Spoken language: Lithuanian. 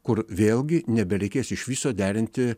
kur vėlgi nebereikės iš viso derinti